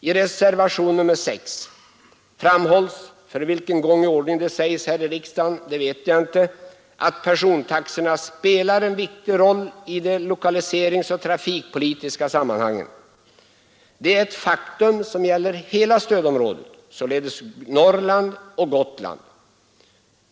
I reservationen 6 framhålls — för vilken gång i ordningen det sägs här i riksdagen vet jag inte — att persontaxorna spelar en viktig roll i de lokaliseringsoch trafikpolitiska sammanhangen. Det är ett faktum som gäller hela stödområdet, således Norrland och Gotland.